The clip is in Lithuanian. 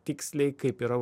tiksliai kaip yra